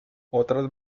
otras